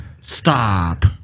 stop